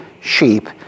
sheep